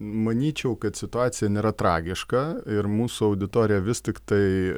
manyčiau kad situacija nėra tragiška ir mūsų auditorija vis tiktai